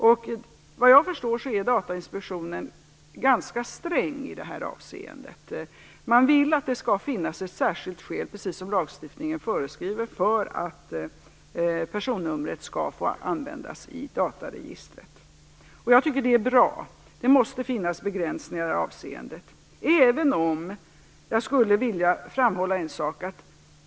Såvitt jag förstår är Datainspektionen ganska sträng i det avseendet. Man vill att det skall finnas ett särskilt skäl, precis som lagstiftningen föreskriver, för att personnumret skall få användas i dataregistret. Jag tycker att det är bra. Det måste finnas begränsningar i det avseendet. Men jag skulle vilja framhålla en sak.